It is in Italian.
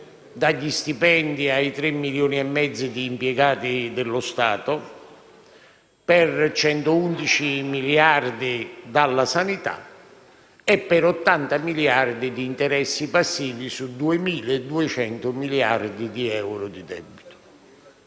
dagli stipendi ai 3,5 milioni di impiegati dello Stato, per 111 miliardi di euro dalla sanità e per 80 miliardi di euro dagli interessi passivi sui 2.200 miliardi di euro di debito.